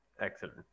Excellent